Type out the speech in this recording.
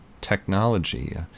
technology